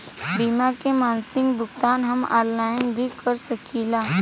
बीमा के मासिक भुगतान हम ऑनलाइन भी कर सकीला?